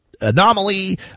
anomaly